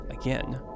again